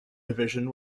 division